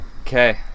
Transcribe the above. Okay